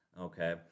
Okay